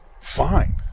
fine